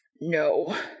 No